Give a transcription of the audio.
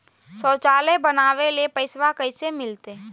शौचालय बनावे ले पैसबा कैसे मिलते?